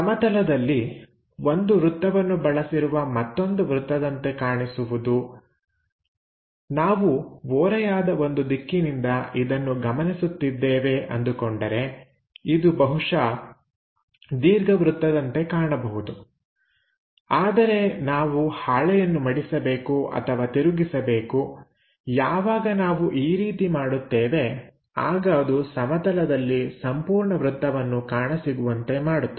ಸಮತಲದಲ್ಲಿ ಒಂದು ವೃತ್ತವನ್ನು ಬಳಸಿರುವ ಮತ್ತೊಂದು ವೃತ್ತದಂತೆ ಕಾಣಿಸುವುದು ನಾವು ಓರೆಯಾದ ಒಂದು ದಿಕ್ಕಿನಿಂದ ಇದನ್ನು ಗಮನಿಸುತ್ತಿದ್ದೇವೆ ಅಂದುಕೊಂಡರೆ ಇದು ಬಹುಶಃ ದೀರ್ಘವೃತ್ತದಂತೆ ಕಾಣಬಹುದು ಆದರೆ ನಾವು ಹಾಳೆಯನ್ನು ಮಡಿಸಬೇಕು ಅಥವಾ ತಿರುಗಿಸಬೇಕು ಯಾವಾಗ ನಾವು ಈ ರೀತಿ ಮಾಡುತ್ತೇವೆ ಆಗ ಅದು ಸಮತಲದಲ್ಲಿ ಸಂಪೂರ್ಣ ವೃತ್ತವನ್ನು ಕಾಣಸಿಗುವಂತೆ ಮಾಡುತ್ತದೆ